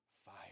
fire